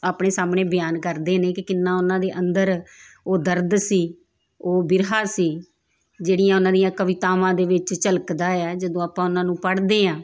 ਆਪਣੇ ਸਾਹਮਣੇ ਬਿਆਨ ਕਰਦੇ ਨੇ ਕਿ ਕਿੰਨਾ ਉਹਨਾਂ ਦੇ ਅੰਦਰ ਉਹ ਦਰਦ ਸੀ ਉਹ ਬਿਰਹਾ ਸੀ ਜਿਹੜੀਆਂ ਉਹਨਾਂ ਦੀਆਂ ਕਵਿਤਾਵਾਂ ਦੇ ਵਿੱਚ ਝਲਕਦਾ ਆ ਜਦੋਂ ਆਪਾਂ ਉਹਨਾਂ ਨੂੰ ਪੜ੍ਹਦੇ ਹਾਂ